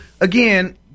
again